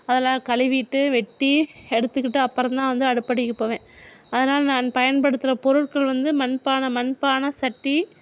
அதெல்லாம் கழுவிட்டு வெட்டி எடுத்துக்கிட்டு அப்புறம்தான் வந்து அடுப்படிக்கு போவேன் அதனால நான் பயன்படுத்துகிற பொருட்கள் வந்து மண்பானை மண்பானை சட்டி